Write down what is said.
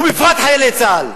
ובפרט חיילי צה"ל,